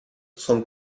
son